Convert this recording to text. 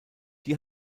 die